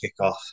kickoff